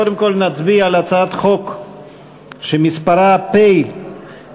קודם כול נצביע על הצעת החוק שמספרה פ/1062,